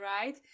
right